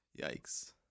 Yikes